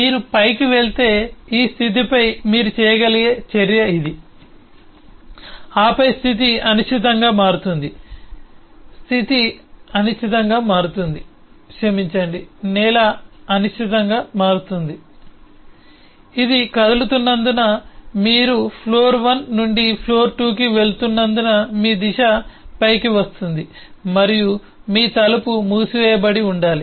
మీరు పైకి వెళితే ఈ స్థితిపై మీరు చేయగలిగే చర్య ఇది ఆపై స్థితి అనిశ్చితంగా మారుతుంది స్థితి అనిశ్చితంగా మారుతుంది క్షమించండి నేల అనిశ్చితంగా మారుతుంది ఇది కదులుతున్నందున మీరు ఫ్లోర్ 1 నుండి ఫ్లోర్ 2 కి వెళుతున్నందున మీ దిశ పైకి వస్తుంది మరియు మీ తలుపు మూసివేయబడి ఉండాలి